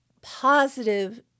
positive